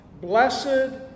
Blessed